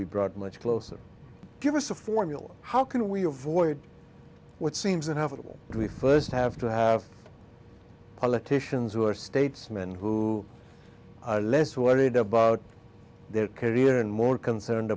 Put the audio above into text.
be brought much closer give us a formula how can we avoid what seems inevitable we first have to have politicians who are statesmen who are less what it about their career and more concerned